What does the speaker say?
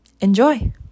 Enjoy